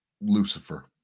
Lucifer